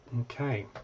Okay